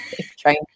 trying